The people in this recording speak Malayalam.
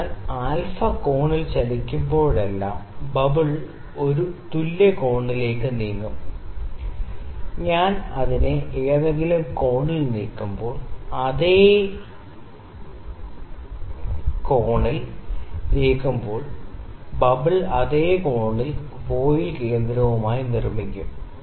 അതിനാൽ α കോണിൽ ചലിപ്പിക്കുമ്പോഴെല്ലാം ബബിൾ ഒരു തുല്യ കോണിലേക്ക് നീങ്ങും ഞാൻ അതിനെ ഏതെങ്കിലും കോണിൽ നീക്കുമ്പോൾ ബബിൾ അതേ കോണിനെ വോയിൽ കേന്ദ്രവുമായി നിർമ്മിക്കും